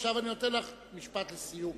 ועכשיו אני נותן לך משפט לסיום,